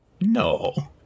no